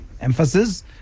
Emphasis